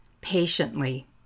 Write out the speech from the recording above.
patiently